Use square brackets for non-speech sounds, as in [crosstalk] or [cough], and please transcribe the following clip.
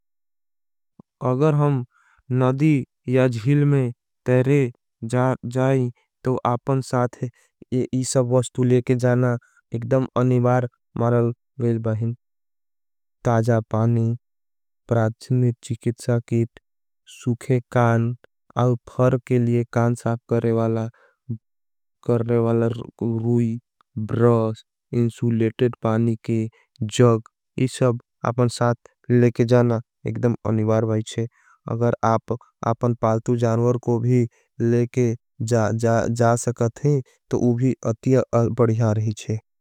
अगर हम नदी या जिल में तहरे जा [hesitation] जाईं, तो आपन साथ ये इसब वस्तु लेके जाना एकड़म अनिबार मरल वेल बहिन। ताजा पानी, प्राजनी चीकित साकेट, सुखे कान, अलफर के लिए कान साप करे वाला, करे वाला रूई, ब्रॉस। इंसूलेटेट पानी के जग, इसब आपन साथ लेके जाना एकड़म अनिबार भाई छे। अगर आप आपन पालतु जानवर को भी लेके [hesitation] जा सकते हैं, तो उभी अतिय बढ़ियार ही छे।